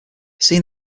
that